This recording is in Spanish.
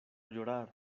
llorar